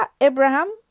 Abraham